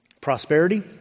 Prosperity